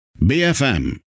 BFM